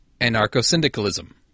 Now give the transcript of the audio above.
anarcho-syndicalism